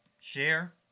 share